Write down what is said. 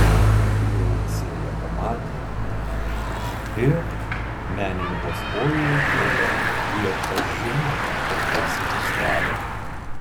jie odisėją pamatė ir menėn vos koją įkėlę jį atpažino ir baisiai nustebo